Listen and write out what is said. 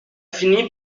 fini